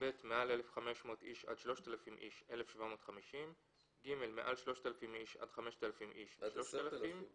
מעל 1,500 איש עד 3,000 איש 1,750 מעל 3,000 איש עד 5,000 איש 3,000